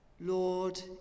Lord